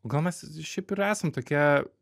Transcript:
gal mes šiaip ir esam tokie